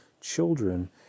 children